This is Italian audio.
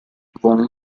von